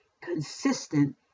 consistent